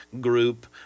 group